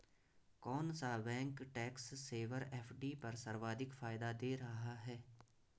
कौन सा bank tax saver FD पर सर्वाधिक फायदा दे रहा है?